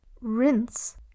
rinse